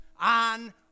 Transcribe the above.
on